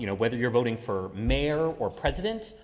you know whether you're voting for mayor or president,